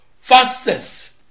fastest